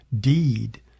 deed